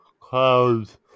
clouds